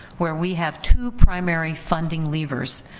where we have two primary funding levers,